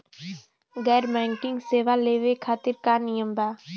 गैर बैंकिंग सेवा लेवे खातिर का नियम बा?